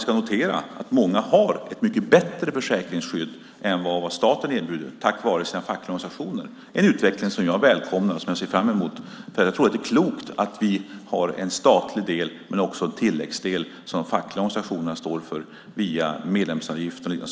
ska noteras att många tack vare sina fackliga organisationer har ett mycket bättre försäkringsskydd än bara vad staten erbjuder. Det är en utveckling som jag välkomnar. Det är klokt att vi har en statlig del men också en tilläggsdel som de fackliga organisationerna står för via medlemsavgiften.